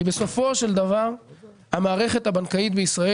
כי בסופו של דבר המערכת הבנקאית בישראל